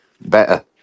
better